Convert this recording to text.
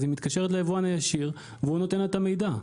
אז היא מתקשרת ליבואן הישיר והוא נותן לה את המידע.